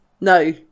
no